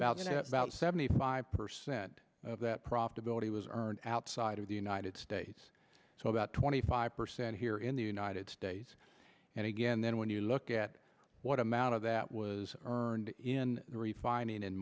to about seventy five percent of that profitability was earned outside of the united states so about twenty five percent here in the united states and again then when you look at what amount of that was in the refining